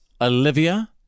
Olivia